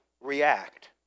react